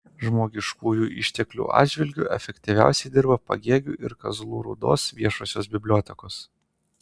žmogiškųjų išteklių atžvilgiu efektyviausiai dirba pagėgių ir kazlų rūdos viešosios bibliotekos